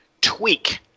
tweak